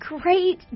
great